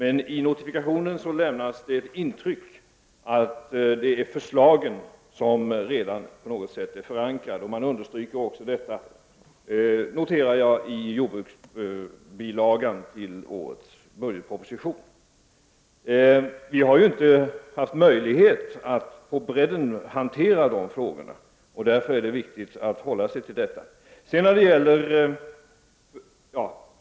Av notifikationen får man ett intryck av att förslagen på något sätt redan är förankrade. Jag noterar också att detta understryks i jordbruksdepartementets bilaga till årets budgetproposition. Vi har inte haft möjlighet att ”på bredden” hantera dessa frågor. Det är därför viktigt att hålla sig till detta.